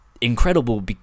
incredible